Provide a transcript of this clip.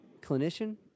Clinician